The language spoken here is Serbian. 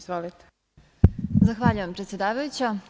Zahvaljujem predsedavajuća.